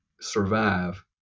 survive